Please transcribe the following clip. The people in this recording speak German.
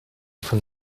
von